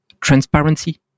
transparency